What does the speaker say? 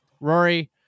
Rory